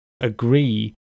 agree